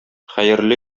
хәерле